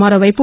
మరోవైపు